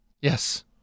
Yes